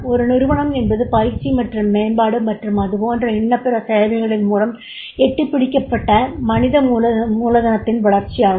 ஒரு நிறுவனம் என்பது பயிற்சி மற்றும் மேம்பாடு மற்றும் அதுபோன்ற இன்னபிற சேவைகளின் மூலம் எட்டிப்பிடிக்கப்பட்ட மனித மூலதனத்தின் வளர்ச்சியாகும்